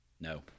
No